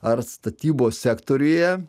ar statybos sektoriuje